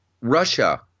Russia